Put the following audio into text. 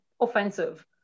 offensive